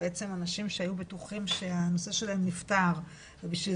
שבעצם אנשים שהיו בטוחים שהנושא שלהם נפתר ובשביל